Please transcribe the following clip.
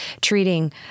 treating